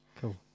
Cool